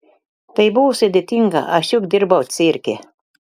tai buvo sudėtinga aš juk dirbau cirke